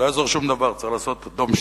לא יעזור שום דבר, צריך לעשות "דום שתיקה"